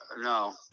No